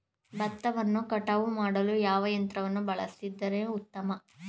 ಭತ್ತವನ್ನು ಕಟಾವು ಮಾಡಲು ಯಾವ ಯಂತ್ರವನ್ನು ಬಳಸಿದರೆ ಉತ್ತಮ?